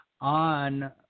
On